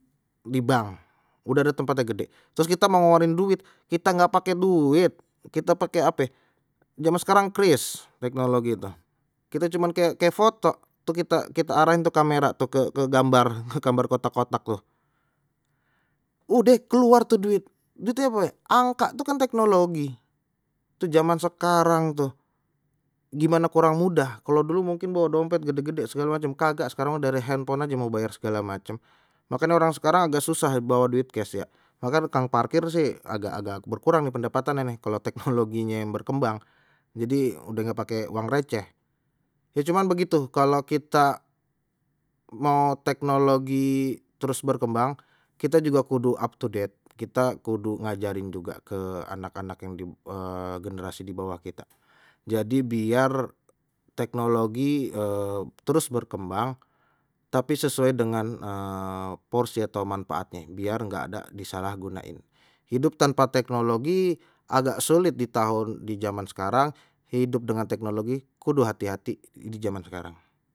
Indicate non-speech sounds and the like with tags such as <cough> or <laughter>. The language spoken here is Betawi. Di bank udah ada tempate yang gede, terus kita mau ngeluarin duit kita nggak pakai duit, kita pakai ape zaman sekarang kris teknologi itu, kita cuman kayak kayak foto tu kita kita arahin tu ke kamera tuh ke ke gambar, gambar kotak-kotak tuh udeh keluar tu duit, duitnye ape angka tu kan teknologi. Itu zaman sekarang tuh gimana kurang mudah kalau dulu mungkin bawa dompet gede-gede segala macam kagak sekarang mah udah ada handphone aja mau bayar segala macam, makanya orang sekarang agak susah bawa duit kes ya <unintelligible> kang parkir sih agak-agak berkurang nih pendapatane nih kalau teknologinye berkembang jadi udah nggak pakai uang receh. Ya cuman begitu kalau kita mau teknologi terus berkembang kita juga kudu up to date kita kudu ngajarin juga ke anak-anak yang generasi di bawah kita jadi biar teknologi uh terus berkembang, tapi sesuai dengan uh porsi atau manfaatnye biar nggak ada disalah gunain hidup tanpa teknologi agak sulit di tahun di zaman sekarang hidup dengan teknologi kudu hati-hati zaman sekarang.